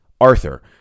Arthur